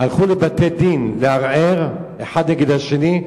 הלכו לבתי-דין לערער אחד נגד השני.